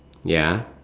ya